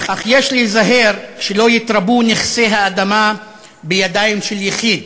אך יש להיזהר שלא יתרבו נכסי האדמה בידיים של יחיד.